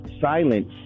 silence